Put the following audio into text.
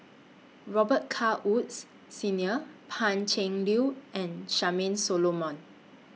Robet Carr Woods Senior Pan Cheng Liu and Charmaine Solomon